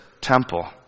temple